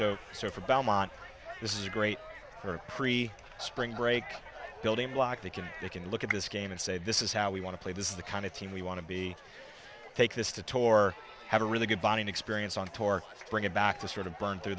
so so for belmont this is great for free spring break building block they can they can look at this game and say this is how we want to play this is the kind of team we want to be take this to torre had a really good bonding experience on tour bring him back to sort of been through